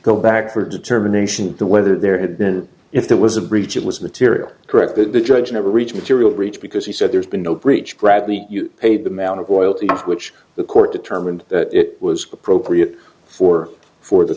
go back for determination whether there had been if there was a breach it was material corrected the judge never reached material breach because he said there's been no breach bradley you paid them out of loyalty to which the court determined that it was appropriate for for the